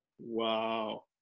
Wow